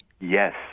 Yes